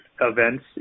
events